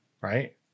right